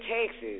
Texas